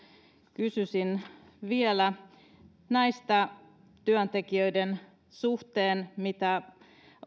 kysyisin vielä näiden työntekijöiden suhteen mitä